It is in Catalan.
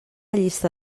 llista